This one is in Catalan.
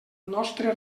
nostre